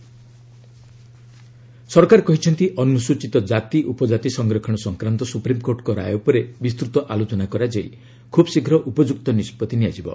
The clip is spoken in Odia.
ଆର୍ଏସ୍ ରିଜଭେସନ ସରକାର କହିଛନ୍ତି ଅନୁସ୍ଚିତ ଜାତିଉପଜାତି ସଂରକ୍ଷଣ ସଂକ୍ରାନ୍ତ ସୁପ୍ରିମ୍କୋର୍ଟଙ୍କ ରାୟ ଉପରେ ବିସ୍ଚତ ଆଲୋଚନା କରାଯାଇ ଖୁବ୍ ଶୀଘ୍ର ଉପଯୁକ୍ତ ନିଷ୍ପଭି ନିଆଯିବ